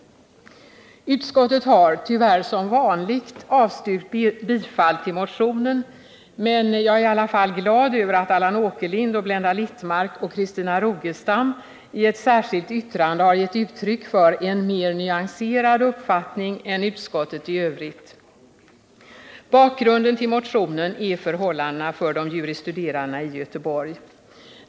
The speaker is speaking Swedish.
Utskottet har tyvärr som vanligt avstyrkt bifall till motionen, men jag är i alla fall glad över att Allan Åkerlind, Blenda Littmarck och Christina Rogestam i ett särskilt yttrande gett uttryck för en mer nyanserad uppfattning än utskottet i övrigt. Bakgrunden till motionen är förhållandena för de juris studerandena i Göteborg.